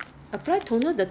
要美要代价的